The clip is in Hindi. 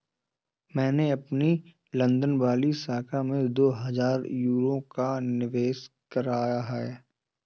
मैंने अपनी लंदन वाली शाखा में दो हजार यूरो का निवेश करा है